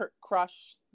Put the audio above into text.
Crush